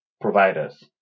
providers